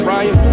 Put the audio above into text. Ryan